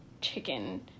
chicken